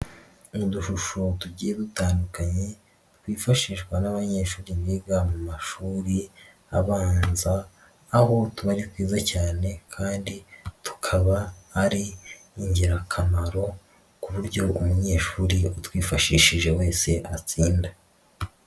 Ni udushusho tugiye dutandukanye twifashishwa n'abanyeshuri biga mu mashuri abanza aho tuba ari twiza cyane kandi tukaba ari ingirakamaro ku buryo umunyeshuri utwifashishije wese atsinda.